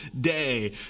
day